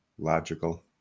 logical